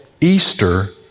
Easter